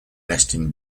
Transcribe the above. nesting